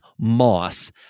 moss